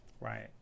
Right